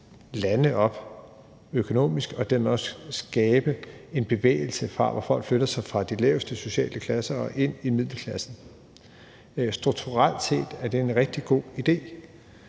lande op økonomisk og dermed også skabe en bevægelse, hvor folk flytter sig fra de laveste sociale klasser og ind i middelklassen. Strukturelt set er det en rigtig god idé,